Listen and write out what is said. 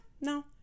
no